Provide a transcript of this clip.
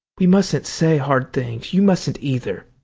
we mustn't say hard things. you mustn't either.